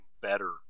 better –